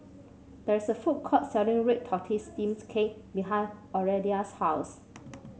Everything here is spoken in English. there is a food court selling red tortoise steams cake behind Aurelia's house